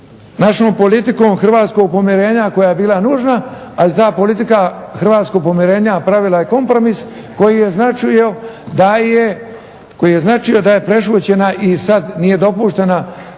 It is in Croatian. našom politikom hrvatskog povjerenja koja je bila nužna, ali ta politika ta hrvatskog povjerenja pravila je kompromis koji je značio da je prešućena i sada nije dopuštena